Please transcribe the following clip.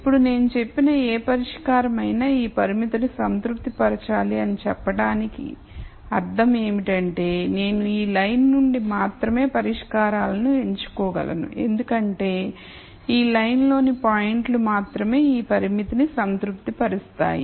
ఇప్పుడు నేను చెప్పిన ఏ పరిష్కారం అయినా ఈ పరిమితిని సంతృప్తి పరచాలి అని చెప్పటానికి అర్థం ఏమిటంటే నేను ఈ లైన్ నుండి మాత్రమే పరిష్కారాలను ఎంచుకోగలను ఎందుకంటే ఈ లైన్లోని పాయింట్లు మాత్రమే ఈ పరిమితిని సంతృప్తిపరుస్తాయి